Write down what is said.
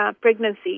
pregnancy